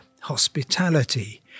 hospitality